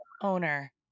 owner